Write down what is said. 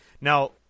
Now